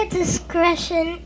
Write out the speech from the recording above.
discretion